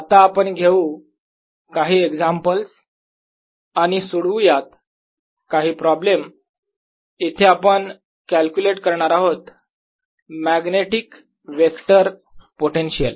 आता आपण घेऊ काही एक्झामपल्स आणि सोडवूयात काही प्रॉब्लेम इथे आपण कॅल्क्युलेट करणार आहोत मॅग्नेटिक वेक्टर पोटेन्शियल